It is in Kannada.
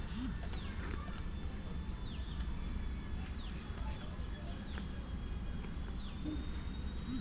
ವಿದೇಶಗಳಿಂದ ಬಂದ ಎಲೆಕ್ಟ್ರಾನಿಕ್ ಉಪಕರಣಗಳನ್ನು ಮಂಗಳೂರು ಬಂದರಿಗೆ ಹಡಗಿನಲ್ಲಿ ತಂದರು